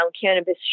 cannabis